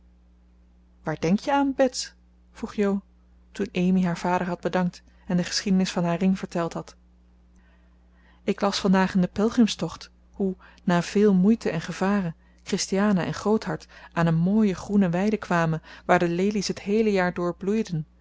waar denk je aan bets vroeg jo toen amy haar vader had bedankt en de geschiedenis van haar ring verteld had ik las vandaag in de pelgrimstocht hoe na veel moeiten en gevaren christiana en groothart aan een mooie groene weide kwamen waar de lelies het heele jaar door bloeiden